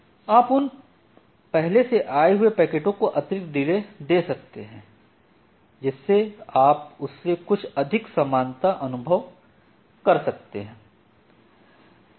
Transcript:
आप उन पहले से आये हुए पैकेटों को अतिरिक्त डिले दे सकते हैं जिससे आप उससे कुछ अधिक समानता अनुभव कर सकते हैं